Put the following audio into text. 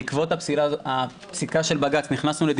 בעקבות הפסיקה של בג"ץ נכנסנו לדיון